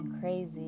crazy